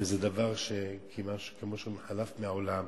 זה דבר שכמעט חלף מן העולם,